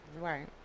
Right